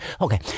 Okay